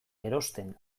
erosten